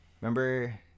Remember